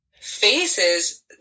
faces